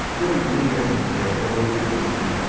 let me let me get something clear for all the people listening.